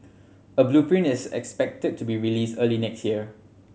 a blueprint is expected to be released early next year